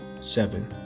seven